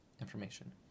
information